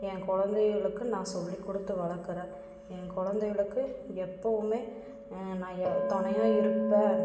என் குழந்தைகளுக்கு நான் சொல்லிக்கொடுத்து வளர்க்குறேன் என் குழந்தைகளுக்கு எப்போவுமே நான் துணையாக இருப்பேன்